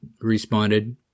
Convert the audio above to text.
responded